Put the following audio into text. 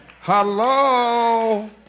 Hello